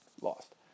lost